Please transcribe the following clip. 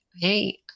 hey